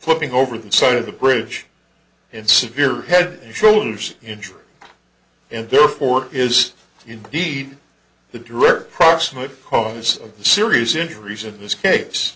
putting over the side of the bridge and severe head and shoulders injury and therefore is indeed the direct proximate cause of serious injuries in this case